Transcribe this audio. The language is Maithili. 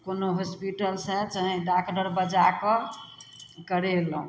कोनो हॉस्पिटलसँ चाहे डॉक्टर बजा कऽ ई करेलहुँ